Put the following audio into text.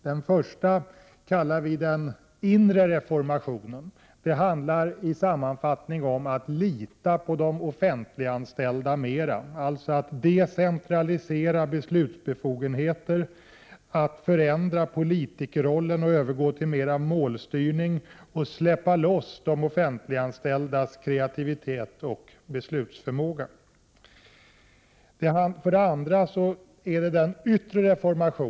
Den första vägen kallar vi den inre reformationen. Den handlar i sammanfattning om att lita mera på de offentliganställda, dvs. att decentralisera beslutsbefogenheter, förändra politikerrollen och övergå till mer målstyrning samt släppa loss de offentliganställdas kreativitet och beslutsförmåga. Den andra vägen kallar vi den yttre reformationen.